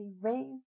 raise